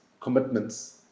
commitments